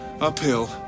Uphill